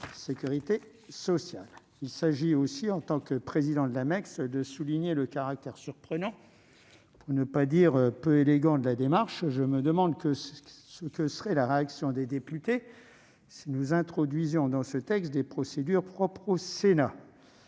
sécurité sociale. Je tenais, en tant que président de la Mecss, à souligner le caractère surprenant, pour ne pas dire peu élégant, de la démarche. Je me demande quelle serait la réaction des députés si nous introduisions dans le texte des procédures propres au Sénat